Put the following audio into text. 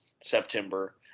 September